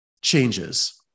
changes